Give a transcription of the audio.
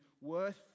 worth